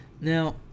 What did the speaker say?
Now